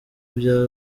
bya